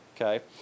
okay